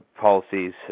policies